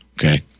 okay